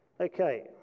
Okay